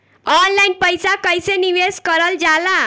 Online पईसा कईसे निवेश करल जाला?